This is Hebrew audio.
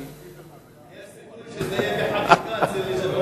יש סיכוי שזה יהיה, רבותי,